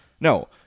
No